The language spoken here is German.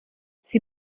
sie